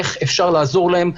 איך אפשר לעזור להם?